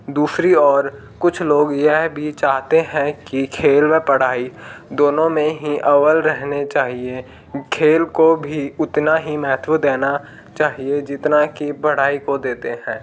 दूसरे ओर कुछ लोग यह भी चाहते हैं कि खेल व पढ़ाई दोनों में ही अवल रहने चाहिए खेल को भी उतना ही महत्व देना चाहिए जितना की पढ़ाई को देते हैं